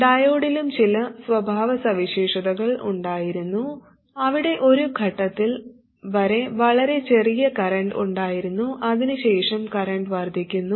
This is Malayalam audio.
ഡയോഡിലും ചില സ്വഭാവസവിശേഷതകൾ ഉണ്ടായിരുന്നു അവിടെ ഒരു ഘട്ടത്തിൽ വരെ വളരെ ചെറിയ കറന്റ് ഉണ്ടായിരുന്നു അതിനുശേഷം കറന്റ് വർദ്ധിക്കുന്നു